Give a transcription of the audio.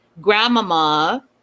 grandmama